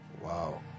wow